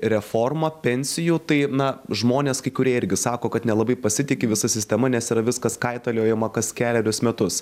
reformą pensijų tai na žmonės kai kurie irgi sako kad nelabai pasitiki visa sistema nes yra viskas kaitaliojama kas kelerius metus